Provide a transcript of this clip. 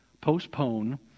postpone